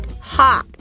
hot